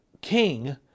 king